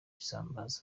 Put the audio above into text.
isambaza